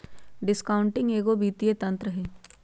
discounting एगो वित्तीय तंत्र हइ